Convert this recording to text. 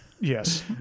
Yes